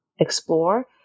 explore